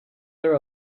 their